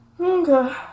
Okay